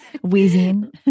wheezing